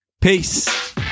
Peace